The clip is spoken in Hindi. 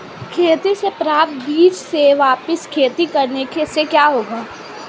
खेती से प्राप्त बीज से वापिस खेती करने से क्या होगा?